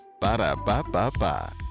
Ba-da-ba-ba-ba